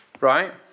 Right